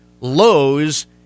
lows